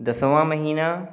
دسواں مہینہ